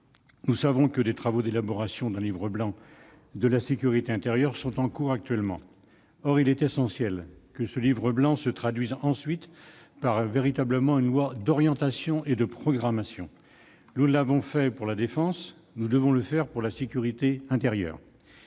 Nous savons que des travaux d'élaboration d'un Livre blanc de la sécurité intérieure sont en cours. Or il est essentiel que ce Livre blanc se traduise, ensuite, par une loi d'orientation et de programmation. Nous l'avons fait pour la défense, nous devons le faire pour la sécurité intérieure